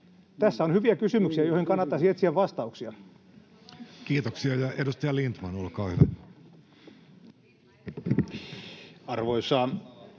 Tässä on hyviä kysymyksiä, joihin kannattaisi etsiä vastauksia. Kiitoksia. — Ja edustaja Lindtman, olkaa hyvä. Arvoisa